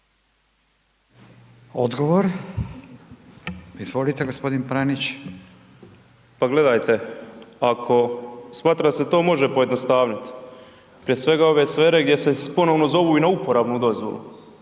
Odgovor. Izvolite gospodin Pranić. **Pranić, Ante (NLM)** Pa gledajte ako smatram da se to može pojednostavnit, prije svega ove sfere gdje se ponovo zovu i na uporabnu dozvolu,